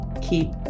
keep